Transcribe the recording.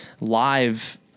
live